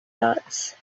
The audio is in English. dots